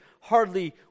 hardly